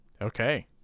okay